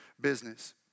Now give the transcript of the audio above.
business